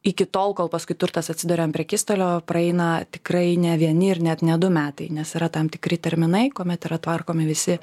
iki tol kol paskui turtas atsiduria ant prekystalio praeina tikrai ne vieni ir net ne du metai nes yra tam tikri terminai kuomet yra tvarkomi visi